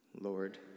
Lord